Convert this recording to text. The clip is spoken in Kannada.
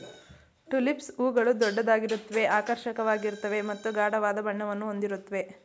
ಟುಲಿಪ್ಸ್ ಹೂಗಳು ದೊಡ್ಡದಾಗಿರುತ್ವೆ ಆಕರ್ಷಕವಾಗಿರ್ತವೆ ಮತ್ತು ಗಾಢವಾದ ಬಣ್ಣವನ್ನು ಹೊಂದಿರುತ್ವೆ